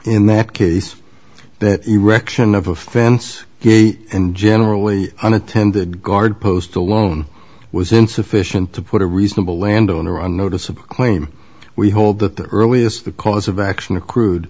in that case that erection of a fence gate and generally on attended guard post alone was insufficient to put a reasonable landowner on notice of claim we hold that the earliest the cause of action accrued